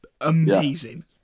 amazing